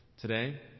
today